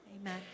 Amen